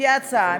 לפי ההצעה,